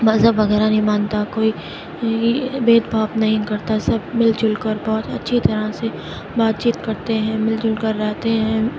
مذہب وغیرہ نہیں مانتا کوئی بھید بھاؤ نہیں کرتا سب مل جل کر بہت اچھی طرح سے بات چیت کرتے ہیں مل جل کر رہتے ہیں